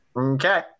Okay